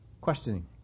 Questioning